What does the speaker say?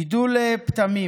גידול פטמים